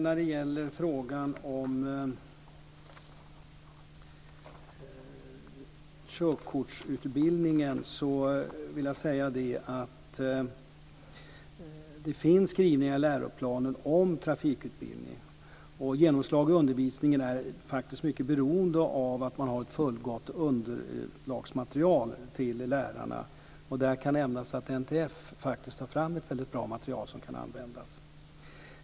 När det gäller frågan om körkortsutbildningen vill jag säga att det finns skrivningar i läroplanen om trafikutbildning. Genomslaget i undervisningen är faktiskt mycket beroende av att man har ett fullgott underlagsmaterial till lärarna. Där kan nämnas att NTF har tagit fram ett mycket bra material som kan användas.